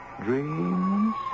dreams